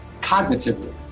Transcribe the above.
cognitively